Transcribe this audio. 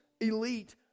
elite